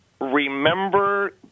Remember